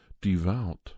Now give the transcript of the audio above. devout